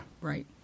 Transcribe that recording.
right